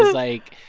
like,